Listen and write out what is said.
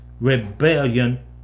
rebellion